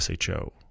SHO